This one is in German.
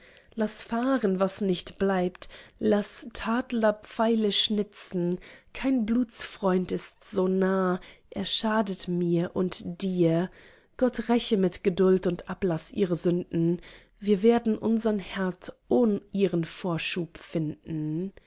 laß fahren was nicht bleibt laß tadler pfeile schnitzen kein blutsfreund ist so nah er schadet mir und dir gott räche mit geduld und ablaß ihre sünden wir werden unsern herd ohn ihren vorschub finden